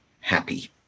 happy